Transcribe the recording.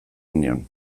nion